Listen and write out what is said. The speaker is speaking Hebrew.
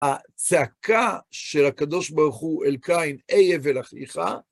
הצעקה של הקדוש ברוך הוא אל קין, "אי הבל אחיך",